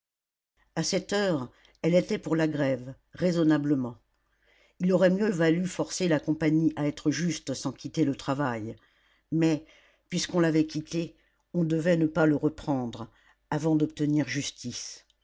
a cette heure elle était pour la grève raisonnablement il aurait mieux valu forcer la compagnie à être juste sans quitter le travail mais puisqu'on l'avait quitté on devait ne pas le reprendre avant d'obtenir justice